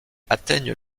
atteignent